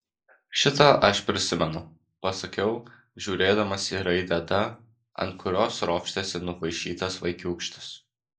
šitą aš prisimenu pasakiau žiūrėdamas į raidę d ant kurios ropštėsi nupaišytas vaikiūkštis